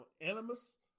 animus